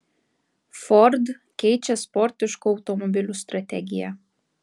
ford keičia sportiškų automobilių strategiją